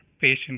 patient